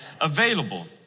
available